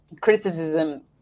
criticism